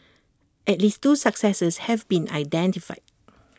at least two successors have been identified